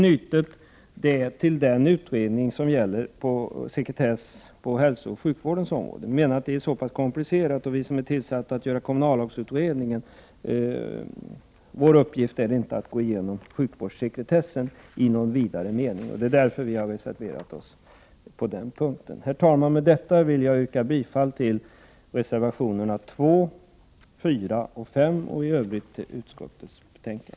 1988/89: 104 knutit det till den utredning som gäller sekretess på hälsooch sjukvårdens 26 april 1989 område. Vi menar att det är mycket komplicerat, och kommunallagsutred ä äär ge z z 3 Vissa sekretessfrågor ningens uppgift är inte att gå igenom sjukvårdssekretessen i någon vidare rörande skyddet för enmening. Därför har vi reserverat oss på den punkten. skilds personliga för Herr talman! Med detta vill jag yrka bifall till reservationerna 2,4 och 5 och — jållanden m.m. i Övrigt till utskottets hemställan.